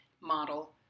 model